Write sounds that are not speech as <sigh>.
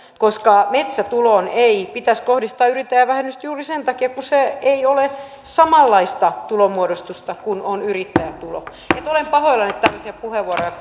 koska metsätuloon ei pitäisi kohdistaa yrittäjävähennystä juuri sen takia kun se ei ole samanlaista tulonmuodostusta kuin on yrittäjätulo olen pahoillani että tämmöisiä puheenvuoroja <unintelligible>